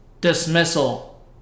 dismissal